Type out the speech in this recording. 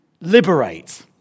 liberate